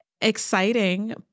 exciting